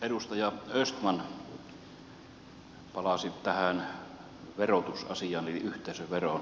edustaja östman palasi tähän verotusasiaan eli yhteisöveroon